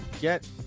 get